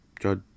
Judge